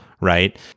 right